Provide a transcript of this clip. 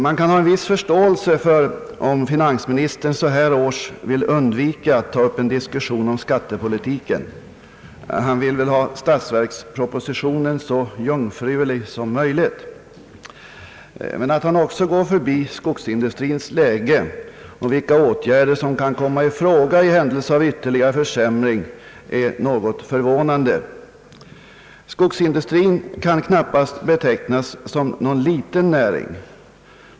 Man kan ha en viss förståelse för att finansministern så här års vill undvika att ta upp en diskussion om skattepolitiken — han vill väl ha statsverkspropositionen så jungfrulig som möjlig — men att han också går förbi skogsindustrins läge och frågan om vilka åtgärder som kan komma i fråga i händelse av ytterligare försämring är något förvånande. Skogsindustrin kan knappast betecknas som någon liten näring.